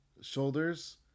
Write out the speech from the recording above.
Shoulders